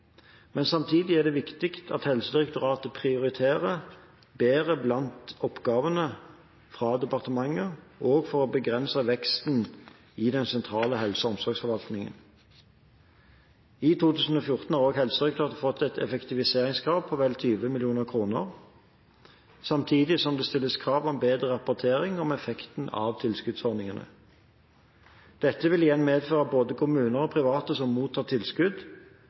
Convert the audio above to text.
Men samtidig er det viktig at Helsedirektoratet prioriterer bedre blant oppgavene fra departementet, også for å begrense veksten i den sentrale helse- og omsorgsforvaltningen. I 2014 har også Helsedirektoratet fått et effektiviseringskrav på vel 20 mill. kr, samtidig som det stilles krav om bedre rapportering om effekten av tilskuddsordningene. Dette vil igjen medføre at både kommuner og private som mottar tilskudd,